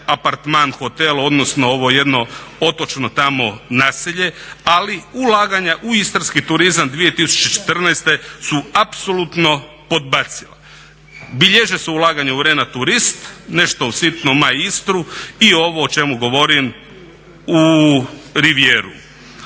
apartman hotel odnosno ovo jedno otočno tamo naselje. Ali ulaganja u istarski turizam 2014. su apsolutno podbacila. Bilježe se ulaganja u Arena turist, nešto sitno Maistru i ovo o čemu govorim u Rivieru.